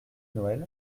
noël